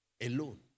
Alone